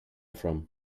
from